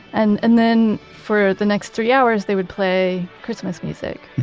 and and then, for the next three hours, they would play christmas music